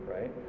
right